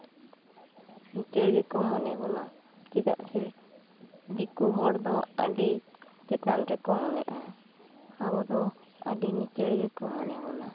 ᱞᱤᱪᱟ ᱲ ᱜᱮᱠᱚ ᱢᱚᱱᱮ ᱵᱚᱱᱟ ᱪᱮᱫᱟᱜ ᱥᱮ ᱫᱤᱠᱩ ᱦᱚᱲ ᱫᱚ ᱟ ᱰᱤ ᱪᱮᱛᱟᱱ ᱨᱮᱠᱚ ᱢᱚᱱᱮᱜ ᱟ ᱟᱵᱚ ᱫᱚ ᱟ ᱰᱤ ᱞᱤᱪᱟ ᱲ ᱜᱮᱠᱚ ᱢᱚᱱᱮ ᱵᱚᱱᱟ